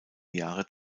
jahre